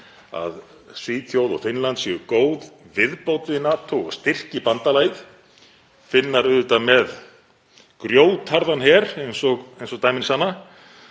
að Svíþjóð og Finnland séu góð viðbót við NATO og styrki bandalagið, Finnar auðvitað með grjótharðan her eins og dæmin sanna